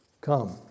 Come